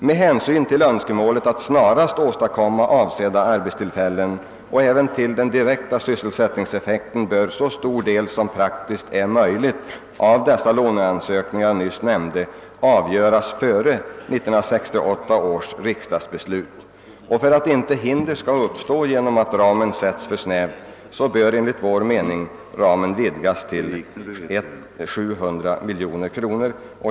Med hänsyn till önskemålet att snarast åstadkomma avsett antal arbetstillfällen och även till den direkta sysselsättningseffekten bör så stor del av nyssnämnda låneansökningar som praktiskt är möjligt avgöras innan 1968 års riksdag fattar beslut i frågan. För att inte hinder skall uppstå genom att ramen sättes för snäv bör — enligt vår mening — densamma vidgas till 700 miljoner kronor.